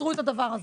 פתרו את הדבר הזה.